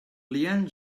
leanne